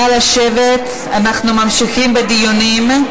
נא לשבת, אנחנו ממשיכים בדיונים.